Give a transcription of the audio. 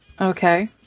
Okay